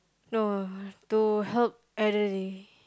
no to help elderly